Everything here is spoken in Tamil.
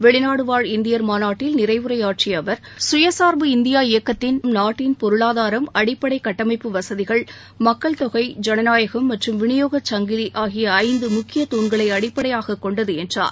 வெளிநாடுவாழ் இந்தியர் மாநாட்டில் நிறைவுரையாற்றிய அவர் சுயசார்பு இந்தியா திட்டம் நாட்டின் பொருளாதாரம் அடிப்படை கட்டமைப்பு வசதிகள் மக்கள் தொகை ஜனநாயகம் மற்றும் விநியோகச் சங்கிலி ஆகிய ஐந்து முக்கிய தூண்களை அடிப்படையாகக் கொண்டது என்றார்